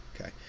okay